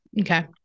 Okay